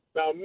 Now